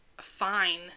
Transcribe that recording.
Fine